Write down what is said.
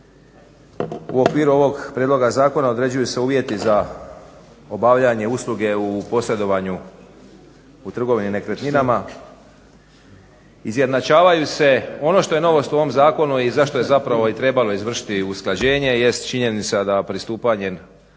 U okviru ovog prijedloga zakona određuju se uvjeti za obavljanje usluge u posredovanju u trgovini nekretninama, izjednačavaju se, ono što je novost u ovom zakonu i zašto je trebalo izvršiti usklađenje jest činjenica da pristupanjem